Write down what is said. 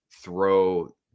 throw